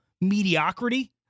mediocrity